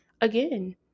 again